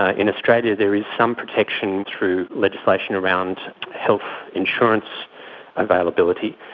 ah in australia there is some protection through legislation around health insurance availability,